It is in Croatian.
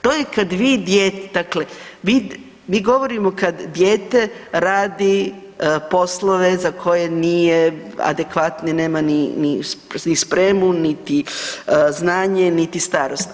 To je kada vi dijete, dakle mi govorimo kada dijete radi poslove za koje nije adekvatno, nema niti spremu, niti znanje, niti starost.